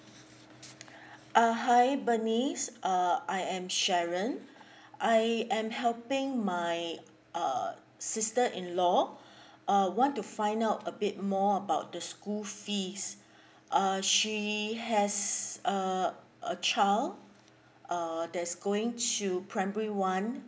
uh hi bernice uh I am sheron I am helping my uh sister in law uh want to find out a bit more about the school fees uh she has uh a child err that's going to primary one